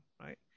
right